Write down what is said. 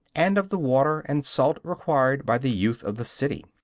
and of the water and salt required by the youth of the city.